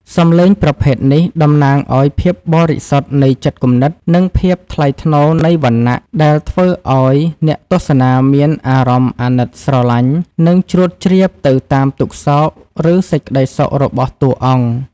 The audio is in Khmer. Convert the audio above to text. សំឡេងប្រភេទនេះតំណាងឱ្យភាពបរិសុទ្ធនៃចិត្តគំនិត និងភាពថ្លៃថ្នូរនៃវណ្ណៈ ដែលធ្វើឱ្យអ្នកទស្សនាមានអារម្មណ៍អាណិតស្រឡាញ់ និងជ្រួតជ្រាបទៅតាមទុក្ខសោក ឬសេចក្តីសុខរបស់តួអង្គ។